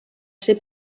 ser